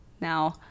now